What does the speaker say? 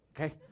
okay